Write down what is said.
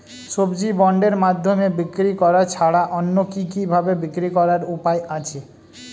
সবজি বন্ডের মাধ্যমে বিক্রি করা ছাড়া অন্য কি কি ভাবে বিক্রি করার উপায় আছে?